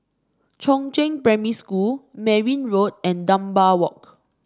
Chongzheng Primary School Merryn Road and Dunbar Walk